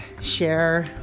share